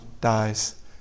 dies